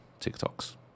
tiktoks